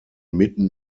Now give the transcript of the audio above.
mitten